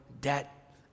debt